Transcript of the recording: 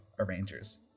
arrangers